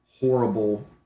horrible